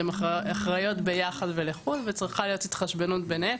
הן אחראיות ביחד ולחוד וצריכה להיות התחשבנות ביניהם.